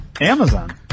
Amazon